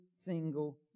single